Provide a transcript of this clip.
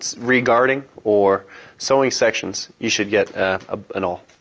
so re-guarding or sewing sections you should get ah an awl.